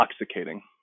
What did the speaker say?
intoxicating